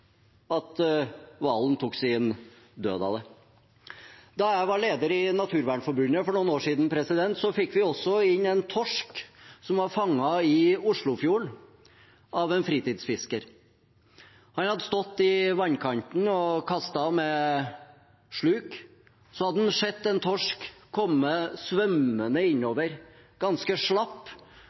at hvalen tok sin død av det. Da jeg var leder i Naturvernforbundet for noen år siden, fikk vi inn en torsk som var fanget i Oslofjorden av en fritidsfisker. Han hadde stått i vannkanten og kastet med sluk. Så hadde han sett en torsk komme svømmende innover, ganske slapp.